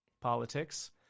politics